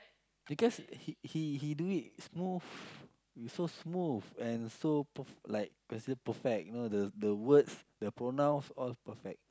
because he he he do it smooth so smooth and so perf~ like considered perfect you know the the words the pronounce all perfect